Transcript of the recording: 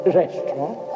restaurant